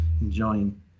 enjoying